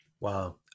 Wow